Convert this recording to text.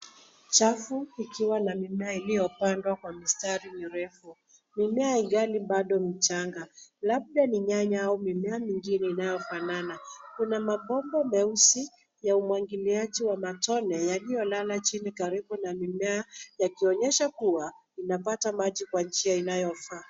Chafu ikiwa na mimea iliyopandwa kwa mistari mirefu, mimea ingali bado michanga labda ni nyanya au mimea mingine inayofanana. Kuna mabomba meusi, ya umwagiliaji wa matone yaliyolala chini karibu na mimea yakionyesha kuwa inapata maji kwa njia inayofaa.